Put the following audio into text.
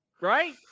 right